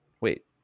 Wait